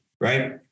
right